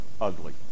ugly